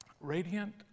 radiant